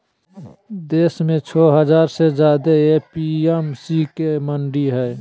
देशभर में छो हजार से ज्यादे ए.पी.एम.सी के मंडि हई